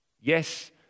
Yes